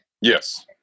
Yes